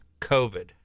covid